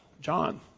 John